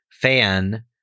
fan